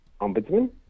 ombudsman